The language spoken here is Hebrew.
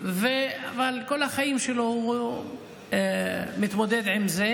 אבל כל החיים שלו הוא מתמודד עם זה,